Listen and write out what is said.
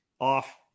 off